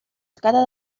cara